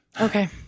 Okay